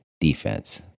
defense